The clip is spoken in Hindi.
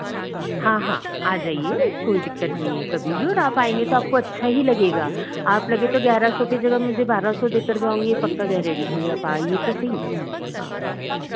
हाँ हाँ आ जाईए कोई दिक्कत नहीं है कभी भी और आप आएँगी तो अच्छा ही लगेगा आप लोग तो ग्यारह सौ की जगह बारह सौ दे कर जाओगे यह पक्का गरेंटि है आप आईए तो सही हाँ